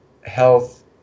health